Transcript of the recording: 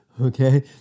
Okay